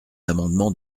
amendement